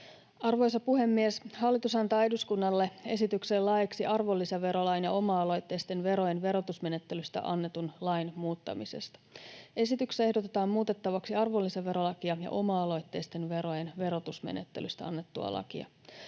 Arvoisa puhemies! Hallitus antaa eduskunnalle esityksen laeiksi arvonlisäverolain ja oma-aloitteisten verojen verotusmenettelystä annetun lain muuttamisesta. Esityksessä ehdotetaan muutettavaksi arvonlisäverolakia ja oma-aloitteisten verojen verotusmenettelystä annettua lakia.